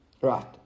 Right